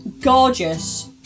gorgeous